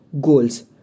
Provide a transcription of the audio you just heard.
Goals